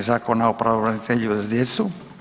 Zakona o pravobranitelju za djecu.